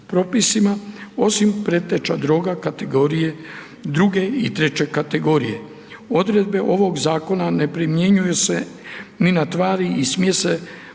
osim preteća droga kategorije druge i treće kategorije. Odredbe ovoga Zakona ne primjenjuju se ni na tvari i smjese